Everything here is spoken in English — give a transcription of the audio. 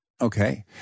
Okay